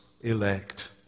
elect